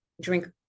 Drink